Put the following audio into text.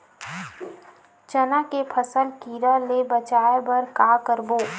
चना के फसल कीरा ले बचाय बर का करबो?